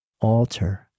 alter